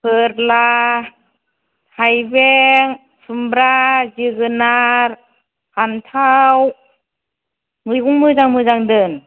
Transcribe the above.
फोरला थाइबें खुमब्रा जोगोनार फान्थाव मैगं मोजां मोजां दोन